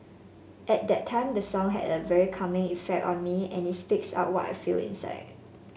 at that time the song had a very calming effect on me and it speaks out what I feel inside